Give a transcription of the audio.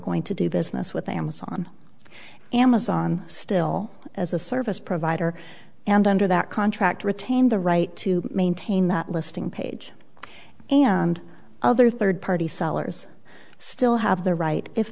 going to do business with amazon amazon still as a service provider and under that contract retain the right to maintain that listing page and other third party sellers still have the right if